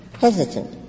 hesitant